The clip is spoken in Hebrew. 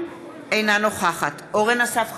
אינה נוכחת אורן אסף חזן,